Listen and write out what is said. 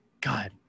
god